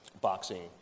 boxing